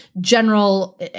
general